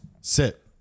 sit